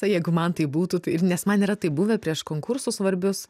jeigu man tai būtų tai ir nes man yra taip buvę prieš konkursus svarbius